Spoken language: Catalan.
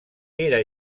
era